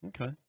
Okay